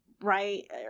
Right